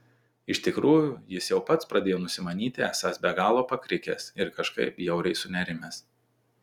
iš tikrųjų jis jau pats pradėjo nusimanyti esąs be galo pakrikęs ir kažkaip bjauriai sunerimęs